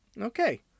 Okay